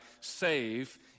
save